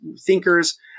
thinkers